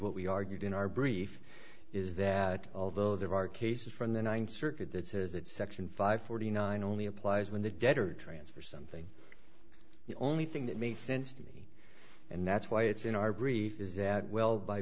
what we argued in our brief is that although there are cases from the ninth circuit that says that section five forty nine only applies when the debtor transfer something the only thing that makes sense to me and that's why it's in our brief is that well by